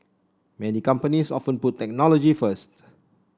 many companies often put technology first